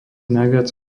najviac